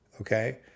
Okay